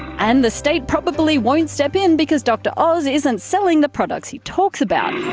and the state probably won't step in because dr oz isn't selling the products he talks about.